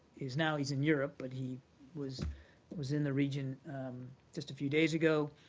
is now he's in europe, but he was was in the region just a few days ago,